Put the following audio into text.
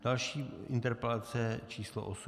Další je interpelace číslo osm.